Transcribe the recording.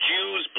Jews